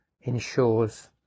ensures